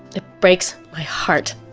it breaks my heart